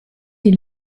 die